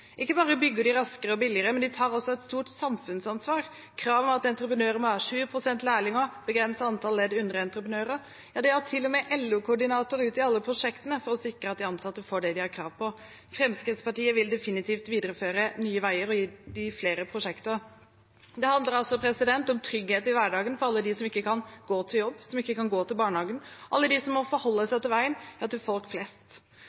Ikke bare bygger de raskere og billigere, de tar også et stort samfunnsansvar – krav om at entreprenører må ha 20 pst. med lærlinger, begrenset antall ledd med underentreprenører. Ja, de har til og med en LO-koordinator ute i alle prosjekt for å sikre at de ansatte får det de har krav på. Fremskrittspartiet vil definitivt videreføre Nye Veier og gi dem flere prosjekter. Det handler om trygghet i hverdagen for alle dem som ikke kan gå til jobb og ikke kan gå til barnehagen, alle dem som må forholde seg til veien – for folk flest.